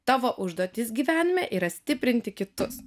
tavo užduotis gyvenime yra stiprinti kitus